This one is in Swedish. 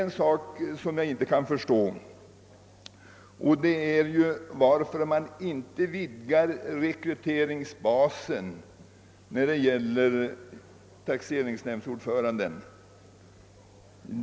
Något som jag inte kan förstå är emellertid varför man inte vidgar rekryteringsbasen för taxeringsnämndsordförandena.